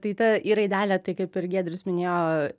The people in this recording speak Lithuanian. tai ta i raidelė tai kaip ir giedrius minėjo